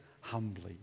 humbly